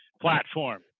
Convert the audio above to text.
platform